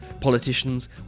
politicians